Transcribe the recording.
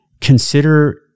consider